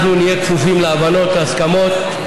אנחנו נהיה כפופים להבנות, להסכמות.